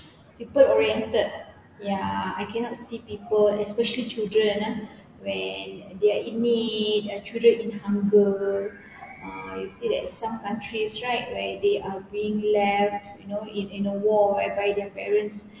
people oriented ya I cannot see people especially children eh when they are in need children in hunger ah you see at some countries right where they are being left like you know in in a war by their parents